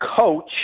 coach